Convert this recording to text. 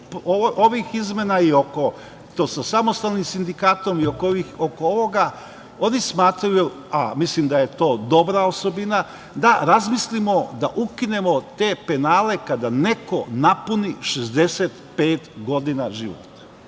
ovih izmena, i to sa samostalnim sindikatom, i oko ovoga. Oni smatraju, a mislim da je to dobra osobina, da razmislimo da ukinemo te penale kada neko napuni 65 godina života.